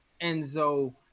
Enzo